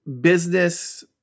business